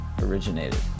originated